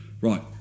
right